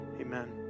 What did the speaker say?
Amen